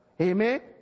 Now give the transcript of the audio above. Amen